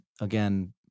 again